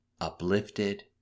uplifted